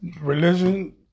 Religion